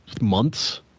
months